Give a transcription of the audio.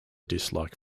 dislike